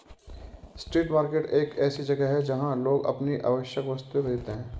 street market एक ऐसी जगह है जहां लोग अपनी आवश्यक वस्तुएं खरीदते हैं